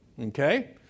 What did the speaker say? Okay